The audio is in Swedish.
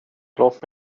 låt